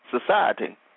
society